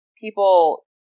people